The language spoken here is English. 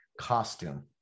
costume